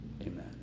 Amen